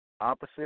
opposite